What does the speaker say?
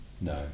no